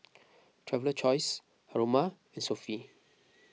Traveler's Choice Haruma and Sofy